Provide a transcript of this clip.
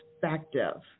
perspective